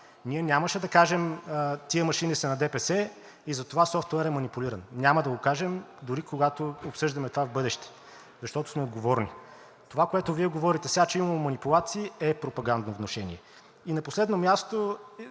Ние нямаше да кажем: тези машини са на ДПС и затова софтуерът е манипулиран. Няма да го кажем, дори когато обсъждаме това в бъдеще, защото сме отговорни. Това, което Вие говорите сега, че имало манипулации, е пропагандно внушение. На последно място.